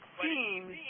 seems